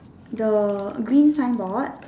the green signboard